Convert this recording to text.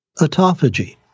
autophagy